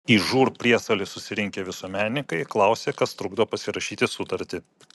į žūr priesalį susirinkę visuomenininkai klausė kas trukdo pasirašyti sutartį